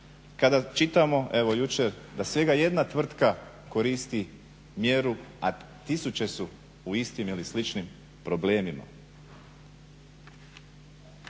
Kada čitamo, evo jučer, da svega jedna tvrtka koristi mjeru, a tisuće su u istim ili sličnim problemima.